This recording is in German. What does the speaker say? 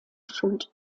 schuld